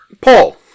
Paul